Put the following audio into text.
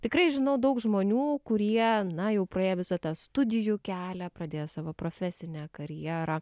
tikrai žinau daug žmonių kurie na jau praėję visą tą studijų kelią pradėjo savo profesinę karjerą